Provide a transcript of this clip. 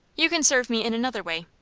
you can serve me in another way.